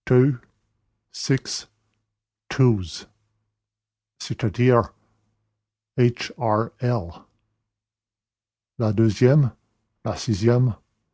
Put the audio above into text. r l la deuxième la sixième